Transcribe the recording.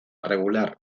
regular